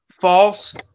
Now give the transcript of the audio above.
false